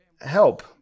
help